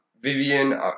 Vivian